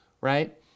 right